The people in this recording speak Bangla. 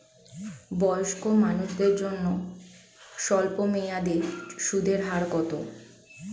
বয়স্ক মানুষদের জন্য স্বল্প মেয়াদে সুদের হার কত?